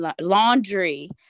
laundry